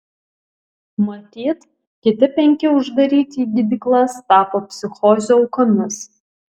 matyt kiti penki uždaryti į gydyklas tapo psichozių aukomis